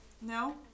No